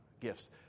gifts